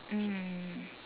mm